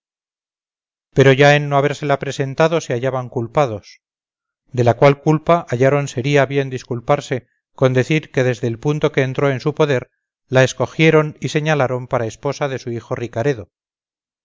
pero ya en no habérsela presentado se hallaban culpados de la cual culpa hallaron sería bien disculparse con decir que desde el punto que entró en su poder la escogieron y señalaron para esposa de su hijo ricaredo